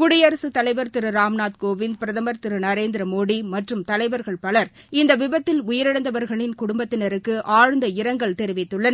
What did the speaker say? குடியரசுத் தலைவா் திரு ராம்நாத் கோவிந்த் பிரதமா் திரு நரேந்திரமோடி மற்றும் தலைவா்கள் பவா் இந்த விபத்தில் உயிரிழந்தவர்களின் குடும்பத்தினருக்கு ஆழ்ந்த இரங்கல் தெரிவித்துள்ளனர்